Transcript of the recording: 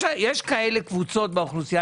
יש כאלה קבוצות באוכלוסייה,